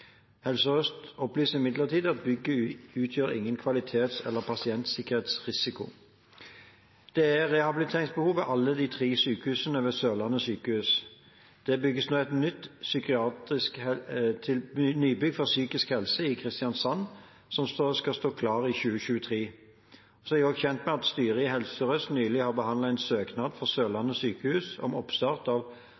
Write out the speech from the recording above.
Helse Sør-Øst opplyser imidlertid at bygget ikke utgjør noen kvalitets- eller pasientsikkerhetsrisiko. Det er rehabiliteringsbehov ved alle de tre sykehusene ved Sørlandet sykehus. Det bygges nå et nybygg for psykisk helse i Kristiansand, som skal stå klart i 2023. Jeg er også kjent med at styret i Helse Sør-Øst nylig har behandlet en søknad fra Sørlandet sykehus om oppstart av prosjektinnramming for